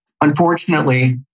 unfortunately